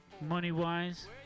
money-wise